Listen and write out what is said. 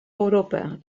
europa